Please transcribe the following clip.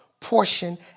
portion